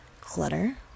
clutter